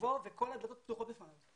יבוא וכל הדלתות פתוחות בפניו.